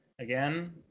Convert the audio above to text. again